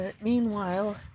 meanwhile